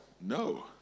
No